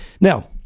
Now